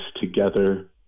together